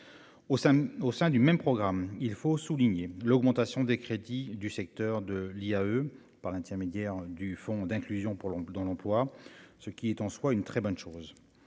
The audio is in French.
au sein du même programme, il faut souligner l'augmentation des crédits du secteur de l'IAE, par l'intermédiaire du fonds d'inclusion pour l'oncle dans l'emploi, ce qui est en soi une très bonne chose,